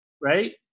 right